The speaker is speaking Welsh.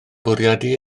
bwriadu